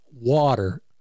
water